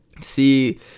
see